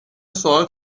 سؤال